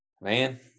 man